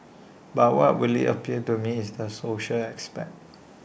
but what really appeals to me is the social aspect